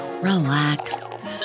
relax